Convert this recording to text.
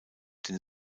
den